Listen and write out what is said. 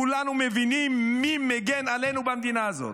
כולנו מבינים מי מגן עלינו במדינה הזאת.